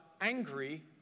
angry